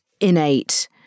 innate